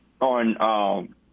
on